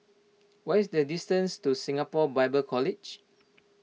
what is the distance to Singapore Bible College